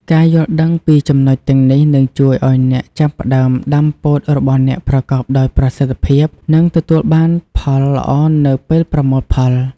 ការយល់ដឹងពីចំណុចទាំងនេះនឹងជួយឱ្យអ្នកចាប់ផ្ដើមដំណាំពោតរបស់អ្នកប្រកបដោយប្រសិទ្ធភាព និងទទួលបានផលល្អនៅពេលប្រមូលផល។